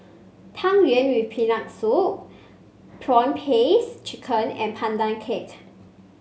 Tang Yuen with Peanut Soup prawn paste chicken and Pandan Cake